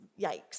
yikes